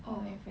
oh